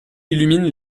illumine